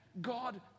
God